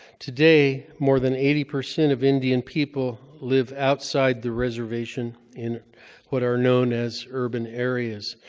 today, more than eighty percent of indian people live outside the reservation in what are known as urban areas.